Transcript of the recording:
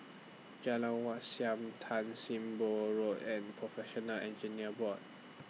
Jalan Wat Siam Tan SIM Boh Road and Professional Engineers Board